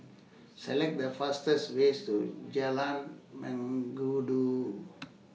Select The fastest ways to Jalan Mengkudu